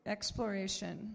Exploration